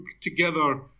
together